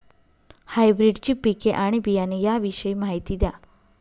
हायब्रिडची पिके आणि बियाणे याविषयी माहिती द्या